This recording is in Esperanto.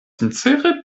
sincere